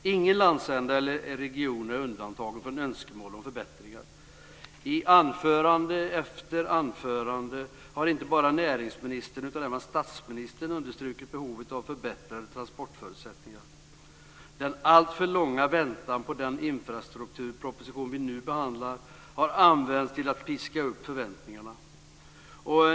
Ingen landsända eller region är undantagen från önskemål om förbättringar. I anförande efter anförande har inte bara näringsministern utan även statsministern understrukit behovet av förbättrade transportförutsättningar. Den alltför långa väntan på den infrastrukturproposition vi nu behandlar har använts till att piska upp förväntningarna.